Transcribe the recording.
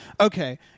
Okay